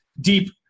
deep